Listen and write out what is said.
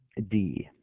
d,